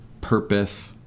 purpose